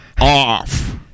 off